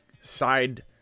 side